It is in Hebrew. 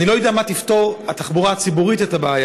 אני לא יודע איך תפתור התחבורה הציבורית את הבעיה,